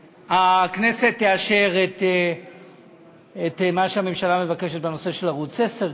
הכנסת תאשר את מה שהממשלה מבקשת בנושא של ערוץ 10,